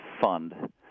fund